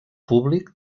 públic